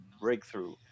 breakthrough